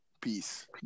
Peace